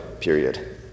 period